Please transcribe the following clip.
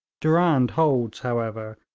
durand holds, however,